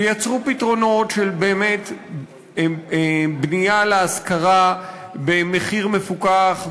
תייצרו פתרונות של באמת בנייה להשכרה במחיר מפוקח,